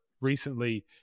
recently